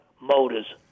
Motors